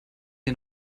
ihr